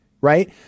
right